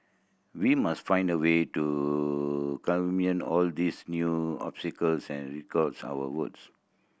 we must find a way to all these new obstacles and records our votes